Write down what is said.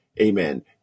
amen